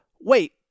wait